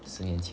十年前